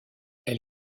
elle